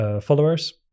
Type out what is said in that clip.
followers